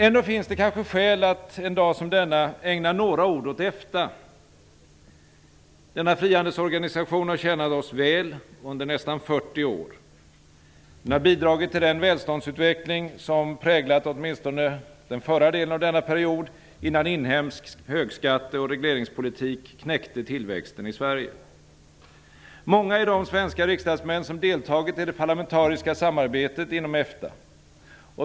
Ändå finns det kanske skäl att en dag som denna ägna några ord åt EFTA. Denna frihandelsorganisation har tjänat oss väl under nästan 40 år. Den har bidragit till den välståndsutveckling som präglat åtminstone den förra delen av denna period, innan inhemsk högskatte och regleringspolitik knäckte tillväxten i Sverige. Många är de svenska riksdagsmän som deltagit i det parlamentariska samarbetet inom EFTA.